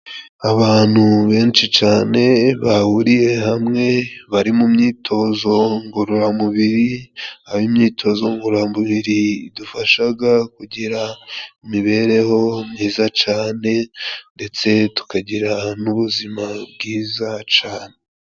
Abantu benshi cane bahuriye hamwe bari mu myitozo ngororamubiri, aho imyitozo ngororamubiri idufashaga kugira imibereho myiza cane ndetse tukagira n'ubuzima bwiza cane.